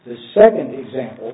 the second example